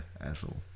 asshole